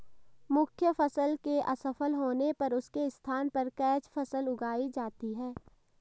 मुख्य फसल के असफल होने पर उसके स्थान पर कैच फसल उगाई जाती है